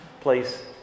place